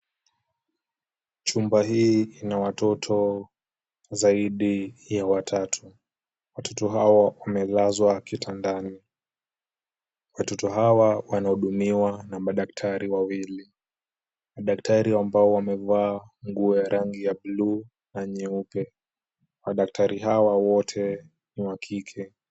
Chumba hii ina watoto zaidi ya watatu. Watoto hawa wamelazwa kitandani. Watoto hawa wanahudumiwa na madaktari wawili, daktari ambao wamevaa nguo ya rangi ya buluu na nyeupe. Madaktari hawa wote ni wa kike.